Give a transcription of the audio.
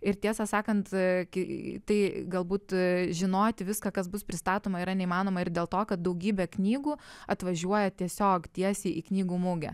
ir tiesą sakant kai tai galbūt žinoti viską kas bus pristatoma yra neįmanoma ir dėl to kad daugybė knygų atvažiuoja tiesiog tiesiai į knygų mugę